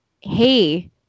hey